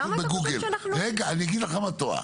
למה אתה חושב שאנחנו --- אני אגיד לך למה את טועה.